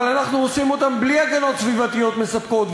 אבל אנחנו עושים אותם בלי הגנות סביבתיות מספקות,